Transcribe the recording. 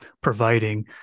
providing